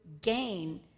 gain